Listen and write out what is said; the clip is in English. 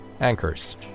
Anchors